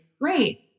great